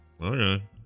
Okay